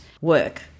work